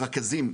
רכזים,